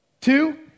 Two